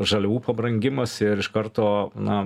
žaliavų pabrangimas ir iš karto na